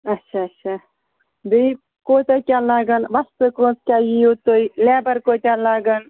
اَچھا اَچھا بیٚیہِ کوتاہ کیٛاہ لَگان وۄستہٕ کٔژ کیٛاہ یِیِو تُہۍ لیبَر کٲتیٛاہ لَگان